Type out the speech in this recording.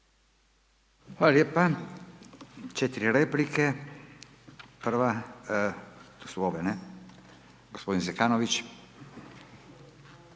Hvala lijepa. 4 replike. Prva, to su ove, ne, gospodin Zekanović.